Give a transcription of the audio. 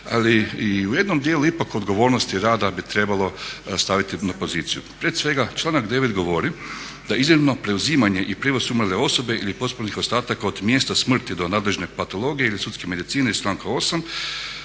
ali u jednom dijelu ipak odgovornosti rada bi trebalo staviti na poziciju. Prije svega članak 9. govori da izravno preuzimanje i prijevoz umrle osobe ili posmrtnih ostataka od mjesta smrti do nadležne patologije ili sudske medicine iz članka 8.